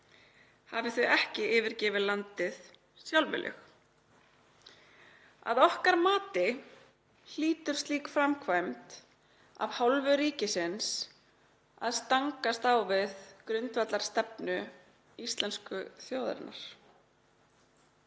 hafi þau ekki yfirgefið landið sjálfviljug. Að okkar mati hlýtur slík framkvæmd af hálfu ríkisins að stangast á við grundvallarstefnu íslensku þjóðarinnar